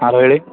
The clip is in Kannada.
ಹಲೋ ಹೇಳಿ